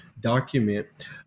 document